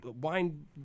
wine